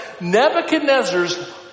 Nebuchadnezzar's